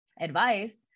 advice